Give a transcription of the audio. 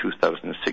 2006